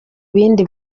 bindi